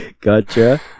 Gotcha